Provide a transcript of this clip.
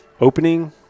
opening